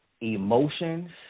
emotions